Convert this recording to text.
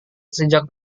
sejak